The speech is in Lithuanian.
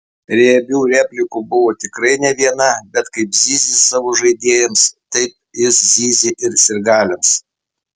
riebių replikų buvo tikrai ne viena bet kaip zyzė savo žaidėjams taip jis zyzė ir sirgaliams